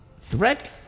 Threat